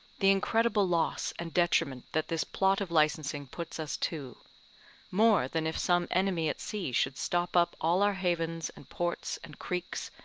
the incredible loss and detriment that this plot of licensing puts us to more than if some enemy at sea should stop up all our havens and ports and creeks,